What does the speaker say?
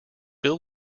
bill